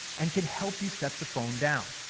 and can help you set the phone down.